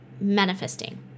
manifesting